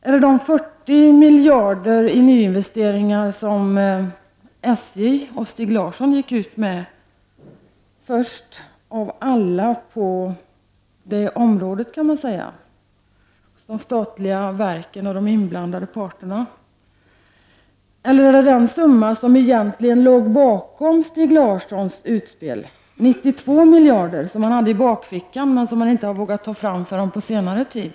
Är det de 40 miljarder i nyinvesteringar som, kan man väl säga, SJ och Stig Larsson först av alla gick ut med på detta område? Det gäller de statliga verken och de inblandade parterna. Eller är det den summa som egentligen låg bakom Stig Larssons utspel, alltså de 92 miljarder som han hade i bakfickan men som han inte vågade ta fram förrän på senare tid?